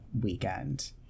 weekend